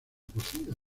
cocida